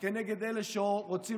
הוא לא יעז להגיד מילה כנגד אלה שרוצים